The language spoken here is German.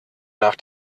nach